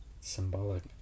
Symbolic